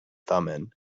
thummim